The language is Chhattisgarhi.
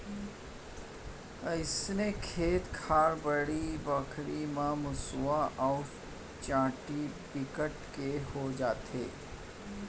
अइसने खेत खार, बाड़ी बखरी म मुसवा अउ चाटी बिकट के हो जाथे